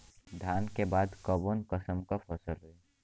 धान के बाद कऊन कसमक फसल होई?